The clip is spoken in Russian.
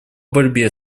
борьбе